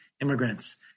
immigrants